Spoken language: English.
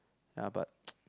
ya but